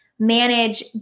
manage